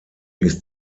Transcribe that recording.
ist